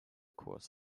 kurs